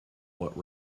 what